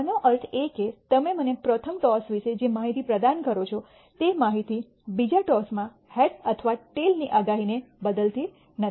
આનો અર્થ એ કે તમે મને પ્રથમ ટોસ વિશે જે માહિતી પ્રદાન કરો છો તે માહિતી બીજા ટોસમાં હેડ અથવા ટેઈલની આગાહીને બદલી નથી